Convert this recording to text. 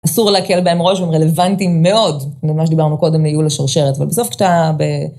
אסור להקל בהם ראש והם רלוונטיים מאוד. ממה שדיברנו קודם, מייעול השרשרת, אבל בסוף כשאתה ב...